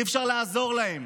אי-אפשר לעזור להם.